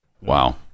Wow